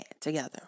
together